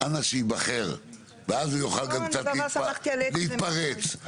אנא שייבחר ואז הוא יוכל גם קצת להתפרץ.